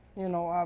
you know?